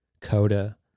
coda